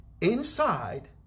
inside